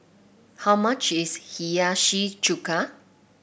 how much is Hiyashi Chuka